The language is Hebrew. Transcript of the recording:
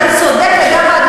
אתה צודק לגמרי,